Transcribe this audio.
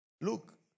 look